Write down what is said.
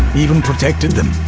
even protected them.